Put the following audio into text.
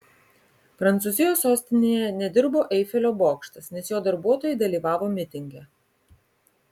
prancūzijos sostinėje nedirbo eifelio bokštas nes jo darbuotojai dalyvavo mitinge